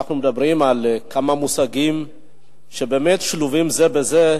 אנחנו מדברים על כמה מושגים שבאמת שלובים זה בזה,